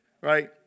right